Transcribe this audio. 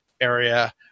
area